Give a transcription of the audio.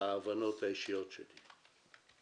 ההבנות האישיות שלי.